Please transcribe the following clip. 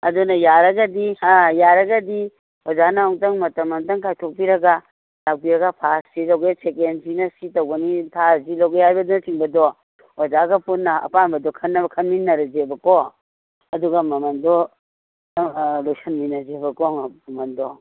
ꯑꯗꯨꯅ ꯌꯥꯔꯒꯗꯤ ꯍꯥ ꯌꯥꯔꯒꯗꯤ ꯑꯣꯖꯥꯅ ꯑꯝꯇꯪ ꯃꯇꯝ ꯑꯝꯇꯪ ꯀꯥꯏꯊꯣꯛꯄꯤꯔꯒ ꯂꯥꯛꯄꯤꯔꯒ ꯐꯥꯁ ꯁꯤ ꯂꯧꯒꯦ ꯁꯦꯀꯦꯟ ꯁꯤꯅ ꯁꯤ ꯇꯧꯒꯅꯤ ꯊꯥꯔ ꯁꯤ ꯂꯧꯒꯦ ꯍꯥꯏꯕꯅꯆꯤꯡꯕꯗꯣ ꯑꯣꯖꯥꯒ ꯄꯨꯟꯅ ꯑꯄꯥꯝꯕꯗꯣ ꯈꯟꯃꯤꯟꯅꯔꯖꯦꯕꯀꯣ ꯑꯗꯨꯒ ꯃꯃꯟꯗꯣ ꯂꯣꯏꯁꯟꯃꯤꯟꯅꯖꯦꯕꯀꯣ ꯃꯃꯟꯗꯣ